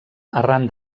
arran